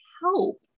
help